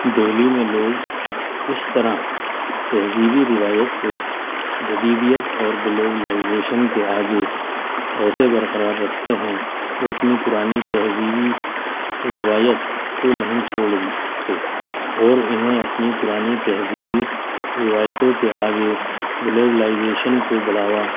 دہلی میں لوگ اس طرح تہذیبی روایت کو جدیدیت اور گلوبلائزیشن کے آگے ایسے برقرار رکھتے ہیں وہ اپنی پرانی تہذیبی روایت کو نہیں چھوڑتے اور انہیں اپنی پرانی تہذیبی روایتوں کے آگے گلوبلائزیشن کو بڑھاوا